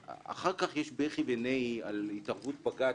חזרנו, וחזור, ונחזור, וחזור.